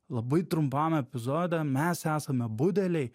labai trumpam epizode mes esame budeliai